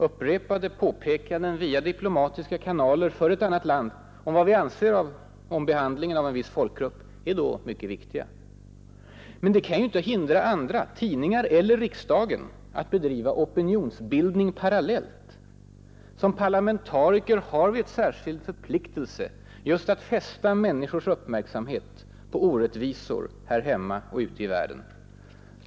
Upprepade påpekanden via diplomatiska kanaler för ett annat land vad vi anser om behandlingen av en viss folkgrupp är då mycket viktiga. Men det kan ju inte hindra andra — tidningar eller riksdagen — att bedriva opinionsbildning parallellt. Som parlamentariker har vi en särskild förpliktelse just att fästa människors uppmärksamhet på orättvisor här hemma och ute i världen.